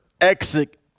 exit